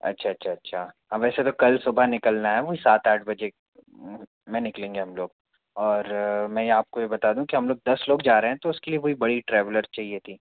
अच्छा अच्छा अच्छा हाँ वैसे तो कल सुबह निकलना है कोई सात आठ बजे में निकलेंगे हम लोग और मैं आपको ये बता दूँ कि हम लोग दस लोग जा रहे हैं तो उसके लिए कोई बड़ी ट्रैवलर चाहिए थी